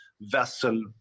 vessel